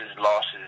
losses